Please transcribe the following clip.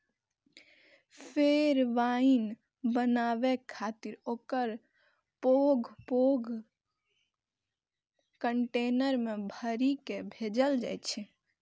फेर वाइन बनाबै खातिर ओकरा पैघ पैघ कंटेनर मे भरि कें भेजल जाइ छै